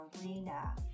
arena